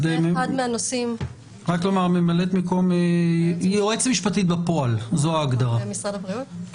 דנה נויפלד יועצת משפטית משרד הבריאות,